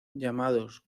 llamados